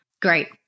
Great